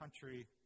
country